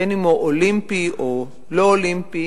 בין שהוא אולימפי או לא אולימפי,